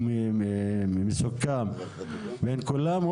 מוסכם בין כולם,